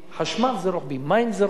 חשמל זה רוחבי, מים זה רוחבי.